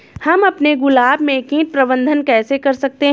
हम अपने गुलाब में कीट प्रबंधन कैसे कर सकते है?